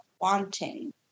wanting